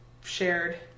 shared